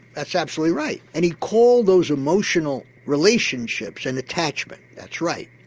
that's absolutely right. and he called those emotional relationships an attachment. that's right.